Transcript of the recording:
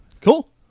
Cool